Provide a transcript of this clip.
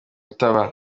itaba